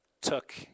took